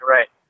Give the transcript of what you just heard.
Right